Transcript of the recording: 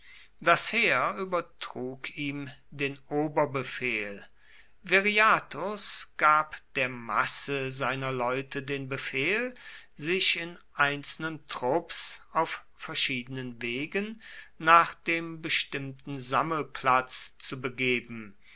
das heer übertrug ihm den oberbefehl viriathus gab der masse seiner leute den befehl sich in einzelnen trupps auf verschiedenen wegen nach dem bestimmten sammelplatz zu begeben